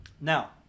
Now